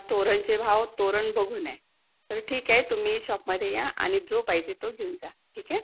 तोरणाचे भाव तोरण बघून आहे तर ठीक आहे तुम्ही शॉपमध्ये या आणि जो पाहिजे तो घेऊन जा ठीक आहे